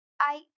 I-